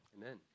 Amen